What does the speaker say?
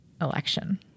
election